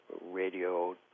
radio